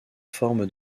forme